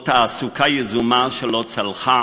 או תעסוקה יזומה שלא צלחה